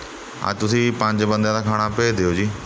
ਅੱਜ ਤੁਸੀਂ ਪੰਜ ਬੰਦਿਆਂ ਦਾ ਖਾਣਾ ਭੇਜ ਦਿਓ ਜੀ